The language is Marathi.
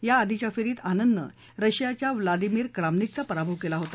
या आधीच्या फेरीत आनंदनं रशियाच्या व्लादिमीर क्रामनिकचा पराभव केला होता